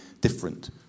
different